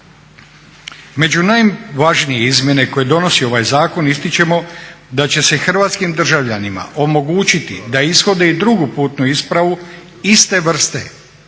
Među najvažnije izmjene koje donosi ovaj zakon ističemo da će se hrvatskim državljanima omogućiti da ishode i drugu putnu ispravu iste vrste